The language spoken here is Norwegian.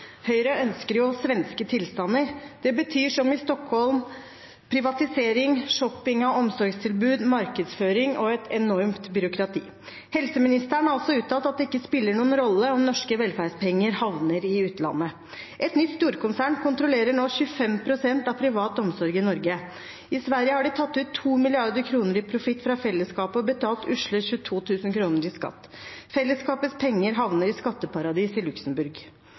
Høyre ønsker jo svenske tilstander. Det betyr – som i Stockholm – privatisering, shopping av omsorgstilbud, markedsføring og et enormt byråkrati. Helseministeren har uttalt at det ikke spiller noen rolle om norske velferdspenger havner i utlandet. Et nytt storkonsern kontrollerer nå 25 pst. av privat omsorg i Norge. I Sverige har de tatt ut 2 mrd. kr i profitt fra fellesskapet og betalt usle 22 000 kr i skatt. Fellesskapets penger havner i skatteparadis i